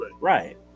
right